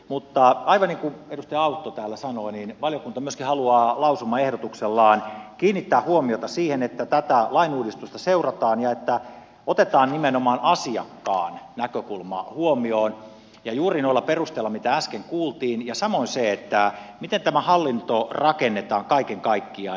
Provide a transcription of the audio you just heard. mutta aivan niin kuin edustaja autto täällä sanoi valiokunta myöskin haluaa lausumaehdotuksellaan kiinnittää huomiota siihen että tätä lainuudistusta seurataan ja otetaan nimenomaan asiakkaan näkökulma huomioon juuri noilla perusteilla mitä äsken kuultiin ja samoin se miten tämä hallinto rakennetaan kaiken kaikkiaan